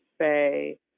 say